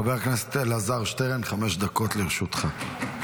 חבר הכנסת אלעזר שטרן, חמש דקות לרשותך.